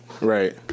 right